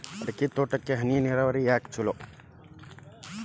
ಅಡಿಕೆ ತೋಟಕ್ಕ ಹನಿ ನೇರಾವರಿಯೇ ಯಾಕ ಛಲೋ?